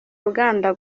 ruganda